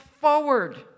forward